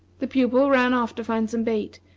the pupil ran off to find some bait,